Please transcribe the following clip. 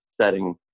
setting